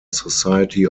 society